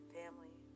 family